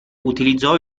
utilizzò